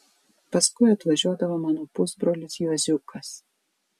paskui atvažiuodavo mano pusbrolis juoziukas